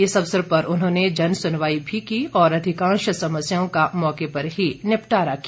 इस अवसर पर उन्होंने जन सुनवाई भी की और अधिकांश समस्याओं का मौके पर ही निपटारा किया